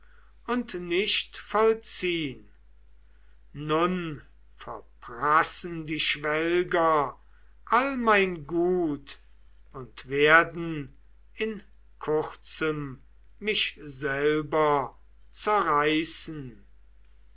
und nicht vollziehn nun verprassen die schwelger all mein gut und werden in kurzem mich selber zerreißen